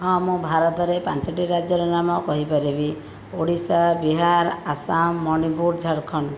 ହଁ ମୁଁ ଭାରତରେ ପାଞ୍ଚଟି ରାଜ୍ୟର ନାମ କହି ପାରିବି ଓଡ଼ିଶା ବିହାର ଆସାମ ମଣିପୁର ଝାରଖଣ୍ଡ